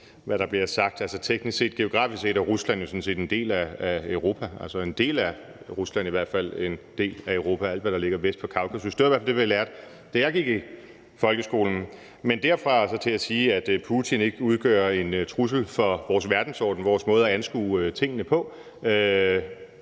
hvad der bliver sagt. Altså, teknisk set og geografisk set er Rusland jo sådan set en del af Europa. En del af Rusland er i hvert fald en del af Europa, nemlig alt, hvad der ligger vest for Kaukasus. Det var i hvert fald det, vi lærte, da jeg gik i folkeskolen. Men derfra og så til at sige, at Putin ikke udgør en trussel for vores verdensorden, vores måde at anskue tingene på,